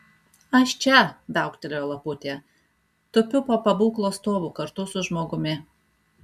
aš čia viauktelėjo laputė tupiu po pabūklo stovu kartu su žmogumi